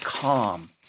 calm